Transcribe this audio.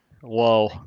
Whoa